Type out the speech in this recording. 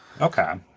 Okay